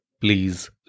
please